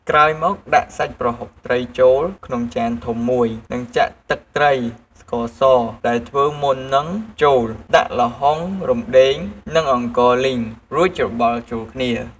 ក្រោយមកដាក់សាច់ប្រហុកត្រីចូលក្នុងចានធំមួយ នឹងចាក់ទឹកត្រី ស្ករសដែលធ្វើមុននឹងចូល ដាក់ល្ហុង រំដេង និងអង្ករលីងរួចច្របល់ចូលគ្នា។